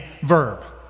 verb